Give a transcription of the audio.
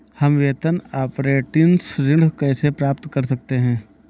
हम वेतन अपरेंटिस ऋण कैसे प्राप्त कर सकते हैं?